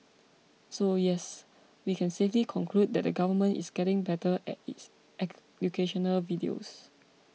so yes we can safely conclude that the government is getting better at its educational videos